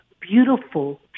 beautiful